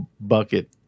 bucket